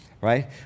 right